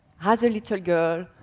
as a little girl,